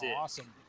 awesome